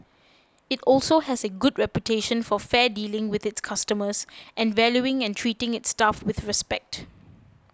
it also has a good reputation for fair dealing with its customers and valuing and treating its staff with respect